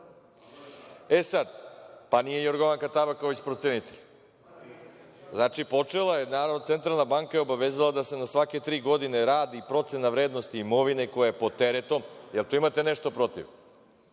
Tabaković?)Nije Jorgovanka Tabaković procenitelj. Znači, Centralna banka je obavestila da se na svake tri godine radi procena vrednosti imovine koja je pod teretom. Da li imate nešto protiv?